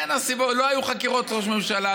לא היו חקירות ראש ממשלה,